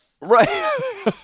Right